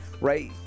right